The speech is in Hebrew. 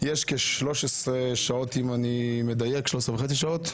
יש כ-13 שעות, אם אני מדייק, 13.5 שעות,